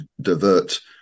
divert